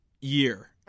year